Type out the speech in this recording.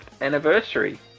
anniversary